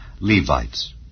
Levites